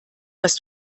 was